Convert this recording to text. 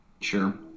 Sure